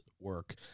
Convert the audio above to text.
work